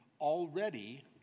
already